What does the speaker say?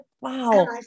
wow